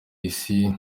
isi